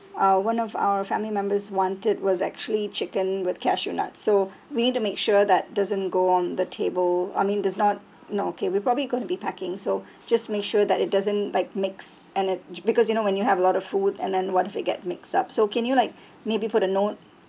uh one of our family members wanted was actually chicken with cashew nuts so we need to make sure that doesn't go on the table I mean does not no K we probably going to be packing so just make sure that it doesn't like mix in it because you know when you have a lot of food and then what if it gets mixed up so can you like maybe put a note